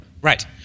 Right